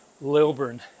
Lilburn